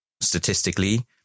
Statistically